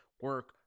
Work